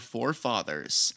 Forefathers